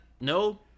No